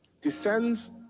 descends